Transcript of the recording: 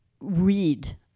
read